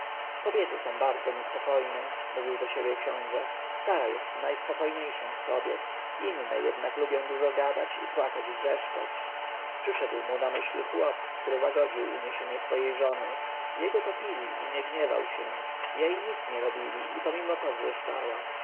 kobiety są bardzo niespokojne mówił do siebie książę sara jest najspokojniejsza z kobiet inne jednak lubią dużo gadać płakać i wrzeszczeć przyszedł mu na myśl chłop który łagodził uniesienia swojej żony jego topili i nie gniewał się jej nic nie robili i pomimo to wrzeszczała